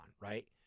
right